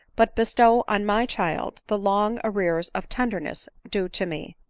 but bestow on my child the long arrears of tenderness due to me.